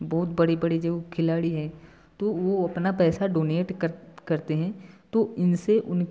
बहुत बड़े बड़े जो खिलाड़ी हैं तो वह अपना पैसा डोनेट करते हैं तो इनसे उन